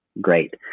great